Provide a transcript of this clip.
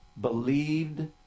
believed